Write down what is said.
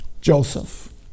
Joseph